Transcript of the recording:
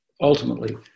ultimately